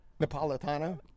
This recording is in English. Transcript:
Napolitano